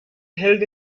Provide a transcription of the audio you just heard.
held